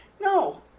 No